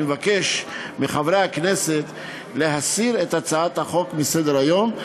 אני אבקש מחברי הכנסת להסיר את הצעת החוק מסדר-היום.